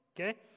Okay